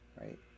right